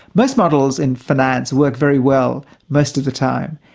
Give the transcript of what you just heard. most models in finance work very well, most of the time,